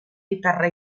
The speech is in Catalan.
guitarra